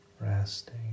resting